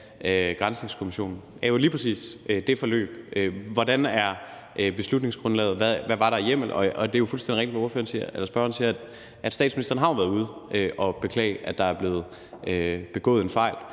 Granskningskommissionen. Det er jo lige præcis det forløb: Hvordan er beslutningsgrundlaget? Og hvad var der af hjemmel? Det er jo fuldstændig rigtigt, hvad spørgeren siger, at statsministeren har været ude at beklage, at der er blevet begået en fejl,